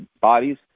bodies